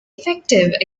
effective